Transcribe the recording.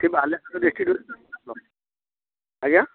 ଏଠି ବାଲେଶ୍ୱର ଡିଷ୍ଟ୍ରିକ୍ଟ ଆଜ୍ଞା